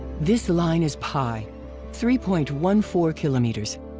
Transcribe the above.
this line is pi three point one four kilometers.